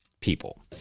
people